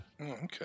Okay